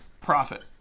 profit